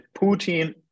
Putin